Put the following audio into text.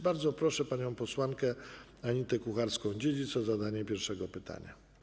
Bardzo proszę panią posłankę Anitę Kucharską-Dziedzic o zadanie pierwszego pytania.